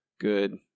good